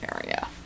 area